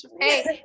Hey